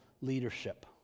leadership